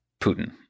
Putin